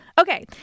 Okay